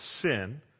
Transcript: sin